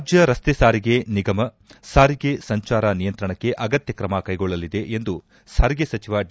ರಾಜ್ಯ ರಸ್ತೆ ಸಾರಿಗೆ ನಿಗಮ ಸಾರಿಗೆ ಸಂಚಾರ ನಿಯಂತ್ರಣಕ್ಕೆ ಅಗತ್ಯ ಕ್ರಮ ಕೈಗೊಳ್ಳಲಿದೆ ಎಂದು ಸಾರಿಗೆ ಸಚಿವ ಡಿ